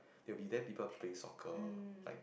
there will be there people playing soccer like